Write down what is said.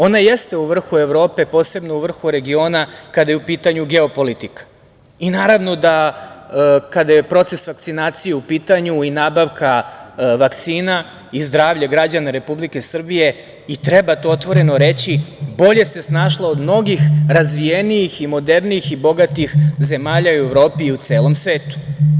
Ona jeste u vrhu Evrope, posebno u vrhu regiona kada je u pitanju geopolitika i naravno da kada je proces vakcinacije u pitanju i nabavka vakcina i zdravlje građana Republike Srbije i treba to otvoreno reći, bolje se snašla od mnogih razvijenijih, modernijih i bogatih zemalja u Evropi i u celom svetu.